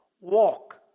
Walk